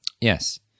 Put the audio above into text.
Yes